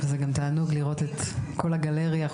תענוג לראות את כל הגלריה.